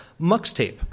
Muxtape